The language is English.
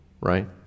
right